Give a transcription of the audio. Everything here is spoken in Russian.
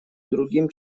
другим